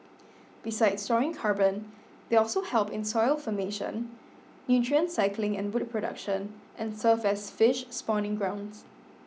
besides storing carbon they also help in soil formation nutrient cycling and wood production and serve as fish spawning grounds